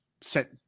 set